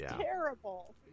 terrible